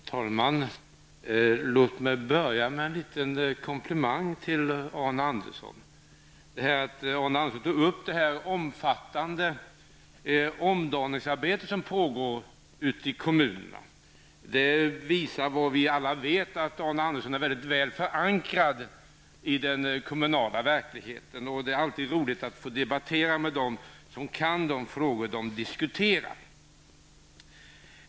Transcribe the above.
Herr talman! Låg mig börja med en liten komplimang till Arne Andersson i Gamleby. Att Arne Andersson tog upp det omfattande omdaningsarbetet i kommunerna visar vad vi väl alla vet, nämligen att Arne Andersson är mycket väl förankrad i den kommunala verkligheten. Det är alltid roligt att få debattera med dem som kan de frågor som de diskuterar.